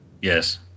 yes